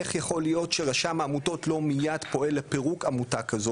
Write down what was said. איך יכול להיות שרשם העמותות לא מיד פועל לפירוק עמותה כזו?